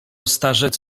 starzec